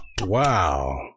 Wow